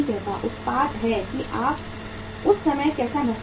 उत्पाद है कि आप उस समय कैसा महसूस करते हैं